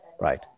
Right